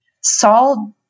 Saul